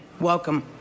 welcome